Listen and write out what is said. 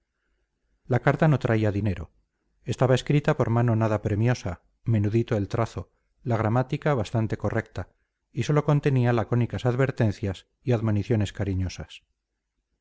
la carta no traída dinero estaba escrita por mano nada premiosa menudito el trazo la gramática bastante correcta y sólo contenía lacónicas advertencias y admoniciones cariñosas